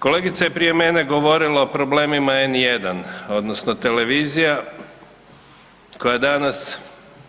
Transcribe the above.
Kolegica je prije mene govorila o problemima N1 odnosno televizija koja danas